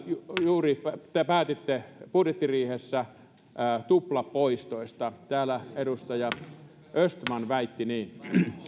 juuri päätitte budjettiriihessä tuplapoistoista täällä edustaja östman väitti niin